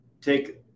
take